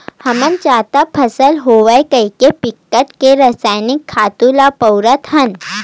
हमन जादा फसल होवय कहिके बिकट के रसइनिक खातू ल बउरत हन